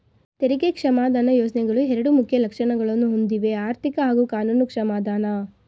ತೆರಿಗೆ ಕ್ಷಮಾದಾನ ಯೋಜ್ನೆಗಳು ಎರಡು ಮುಖ್ಯ ಲಕ್ಷಣಗಳನ್ನ ಹೊಂದಿವೆಆರ್ಥಿಕ ಹಾಗೂ ಕಾನೂನು ಕ್ಷಮಾದಾನ